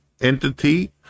entity